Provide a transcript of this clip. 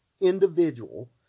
individual